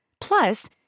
Plus